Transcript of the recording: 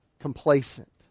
complacent